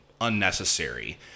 unnecessary